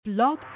Blog